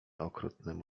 okrutnym